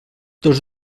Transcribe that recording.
tots